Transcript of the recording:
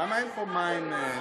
תגידו, למה אין פה מים טריים?